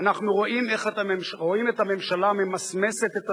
אנחנו רואים את הממשלה ממסמסת את הדוח,